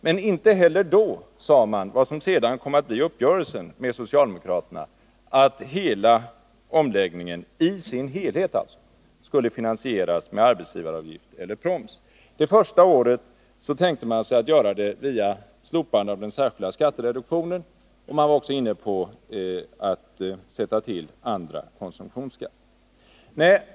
Men inte heller då nämnde man vad som sedan kom att bli uppgörelsen med socialdemokraterna, nämligen att omläggningen i sin helhet skulle finansieras med arbetsgivaravgifter eller proms. Det första året tänkte man sig ett slopande av den särskilda skattereduktionen, och man var också inne på tanken att införa andra komsumtionsskatter.